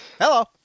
Hello